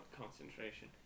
concentration